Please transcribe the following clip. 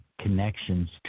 connections